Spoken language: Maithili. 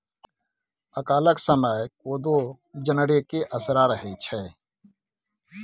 अकालक समय कोदो जनरेके असरा रहैत छै